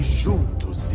juntos